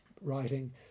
writing